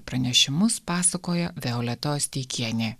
pranešimus pasakoja violeta osteikienė